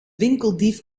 winkeldief